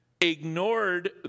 ignored